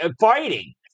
fighting